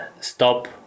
stop